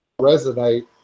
resonate